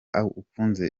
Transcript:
akunze